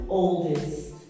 oldest